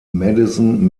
madison